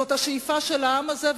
זאת השאיפה של העם הזה,